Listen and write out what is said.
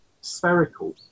spherical